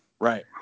Right